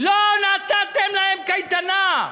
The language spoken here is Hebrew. לא נתתם להן קייטנה,